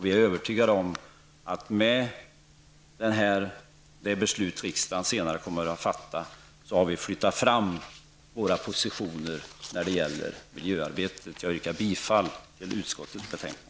Vi är övertygade om att med det beslut som riksdagen senare kommer att fatta har vi flyttat fram våra positioner när det gäller miljöarbetet. Jag yrkar bifall till hemställan i utskottets betänkande.